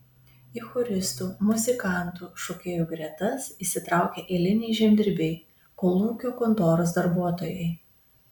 į choristų muzikantų šokėjų gretas įsitraukė eiliniai žemdirbiai kolūkio kontoros darbuotojai